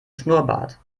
schnurrbart